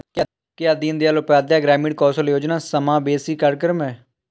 क्या दीनदयाल उपाध्याय ग्रामीण कौशल योजना समावेशी कार्यक्रम है?